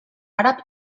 àrab